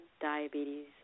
diabetes